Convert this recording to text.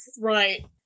Right